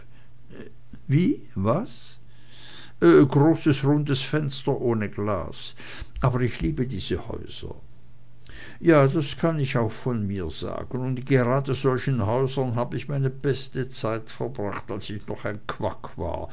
was großes rundes fenster ohne glas aber ich liebe diese häuser ja das kann ich auch von mir sagen und in gerade solchen häusern hab ich meine beste zeit verbracht als ich noch ein quack war